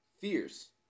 fierce